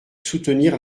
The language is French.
soutenir